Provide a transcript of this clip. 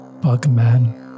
Bugman